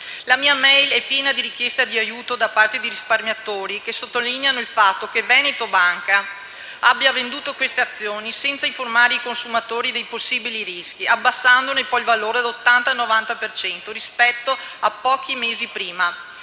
*e-mail* è piena di richieste di aiuto da parte di risparmiatori, che sottolineano il fatto che Veneto Banca ha venduto queste azioni senza informare i consumatori dei possibili rischi, abbassandone poi il valore dell'80-90 per cento rispetto a pochi mesi prima